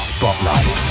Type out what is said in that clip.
Spotlight